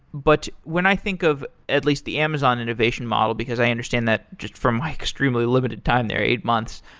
but when i think of at least the amazon innovation model, because i understand that just from my extremely limited time there, eight months,